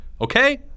Okay